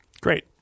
Great